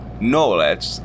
knowledge